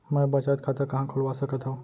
मै बचत खाता कहाँ खोलवा सकत हव?